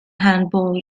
handball